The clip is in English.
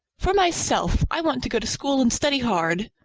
for myself. i want to go to school and study hard.